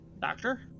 Doctor